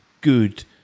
good